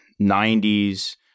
90s